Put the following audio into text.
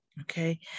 okay